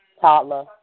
toddler